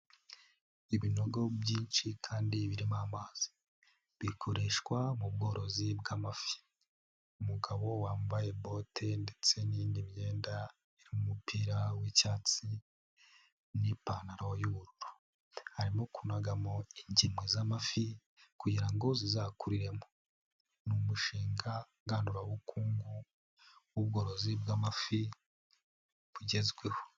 Ibinogo byinshi kandi birimo amazi. Bikoreshwa mu bworozi bw'amafi. Umugabo wambaye bote ndetse n'indi myenda y'umupira w'icyatsi n'ipantaro y'ubururu. Arimo kunagamo ingemwe z'amafi kugira ngo zizakuriremo. Ni umushinga ngandurabukungu w'ubworozi bw'amafi bugezweho.